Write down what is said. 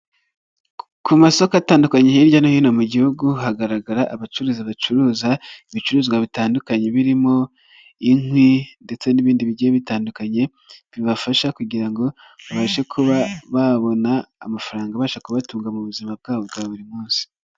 Ku masoko atandukanye hirya no hino mu gihugu, hagaragara abacuruzi bacuruza ibicuruzwa bitandukanye birimo inkwi ndetse n'ibindi bigiye bitandukanye, bibafasha kugira ngo babashe kuba babona amafaranga abasha kubatunga mu buzima bwabo bwa buri munsi.